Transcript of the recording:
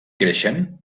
creixen